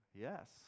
yes